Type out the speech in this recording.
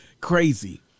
Crazy